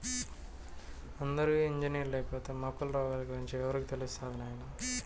అందరూ ఇంజనీర్లైపోతే మొక్కల రోగాల గురించి ఎవరికి తెలుస్తది నాయనా